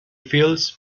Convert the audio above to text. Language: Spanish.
fields